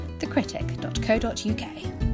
thecritic.co.uk